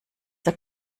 der